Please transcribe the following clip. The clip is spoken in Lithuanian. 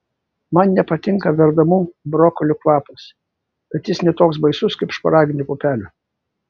man nepatinka verdamų brokolių kvapas bet jis ne toks baisus kaip šparaginių pupelių